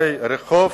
הרחוב,